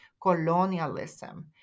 colonialism